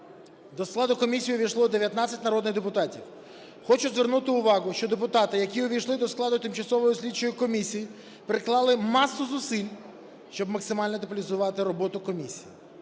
До складу комісії увійшло 19 народних депутатів. Хочу звернути увагу, що депутати, які увійшли до складу Тимчасової слідчої комісії, приклали масу зусиль, щоб максимально деполітизувати роботу комісії.